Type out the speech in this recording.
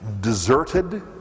deserted